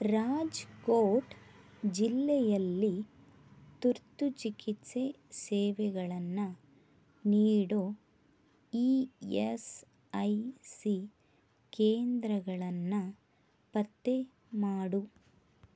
ರಾಜ್ಕೋಟ್ ಜಿಲ್ಲೆಯಲ್ಲಿ ತುರ್ತು ಚಿಕಿತ್ಸೆ ಸೇವೆಗಳನ್ನು ನೀಡೋ ಇ ಎಸ್ ಐ ಸಿ ಕೇಂದ್ರಗಳನ್ನು ಪತ್ತೆ ಮಾಡು